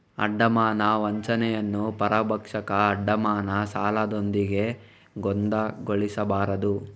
ಅಡಮಾನ ವಂಚನೆಯನ್ನು ಪರಭಕ್ಷಕ ಅಡಮಾನ ಸಾಲದೊಂದಿಗೆ ಗೊಂದಲಗೊಳಿಸಬಾರದು